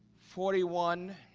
forty one